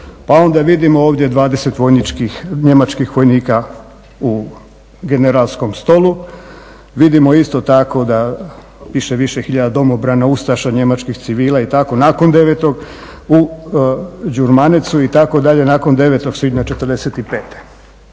pa onda vidimo ovdje 20 njemačkih vojnika u Generalskom stolu, vidimo isto tako da piše više hiljada domobrana, ustaša, njemačkih civila u Đurmanecu itd. nakon 9. svibnja '45.